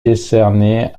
décerné